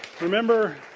Remember